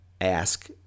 ask